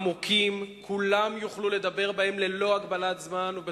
עמוקים, כולם יוכלו לדבר בהם ללא הגבלת זמן ועם